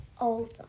older